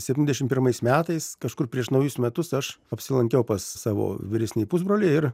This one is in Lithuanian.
septyniasdešimt pirmais metais kažkur prieš naujus metus aš apsilankiau pas savo vyresnį pusbrolį ir